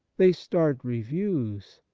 they start reviews,